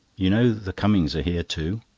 you know the cummings' are here too?